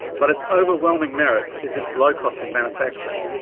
but its overwhelming merit is its low cost of manufacture.